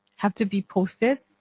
have to be posted